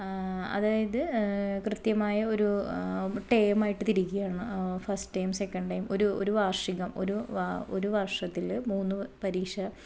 അതായത് കൃത്യമായ ഒരു ടേമായിട്ട് തിരിക്കുകയാണ് ഫസ്സ്റ്റ് ടെം സെക്കൻഡ് ടെം ഒരു ഒരു വാർഷികം ഒരു ഒരു വർഷത്തില് മൂന്ന് പരീക്ഷ